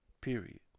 Period